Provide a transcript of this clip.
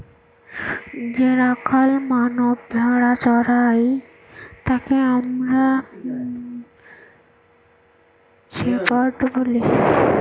যে রাখাল মানষ ভেড়া চোরাই তাকে আমরা শেপার্ড বলি